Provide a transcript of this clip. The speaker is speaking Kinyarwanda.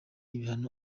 ibihano